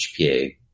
HPA